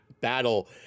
battle